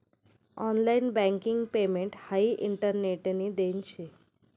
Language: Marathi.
ऑनलाइन बँकिंग पेमेंट हाई इंटरनेटनी देन शे